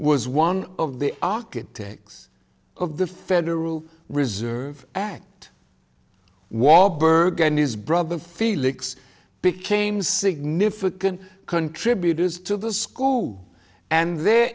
was one of the architects of the federal reserve act walberg and his brother felix became significant contributors to the school and their